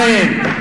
תן לי לסיים.